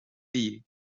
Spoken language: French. payé